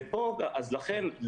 ולכן,